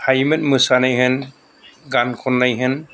हायोमोन मोसानाय होन गान खननाय होन